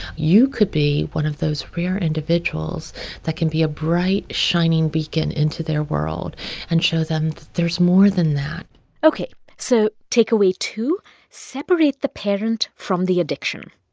you could be one of those rare individuals that can be a bright, shining beacon into their world and show them that there's more than that ok, so takeaway two separate the parent from the addiction.